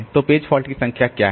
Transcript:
तो page fault की संख्या क्या है